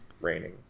Raining